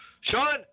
Sean